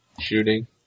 shooting